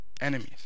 enemies